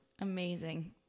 Amazing